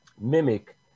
mimic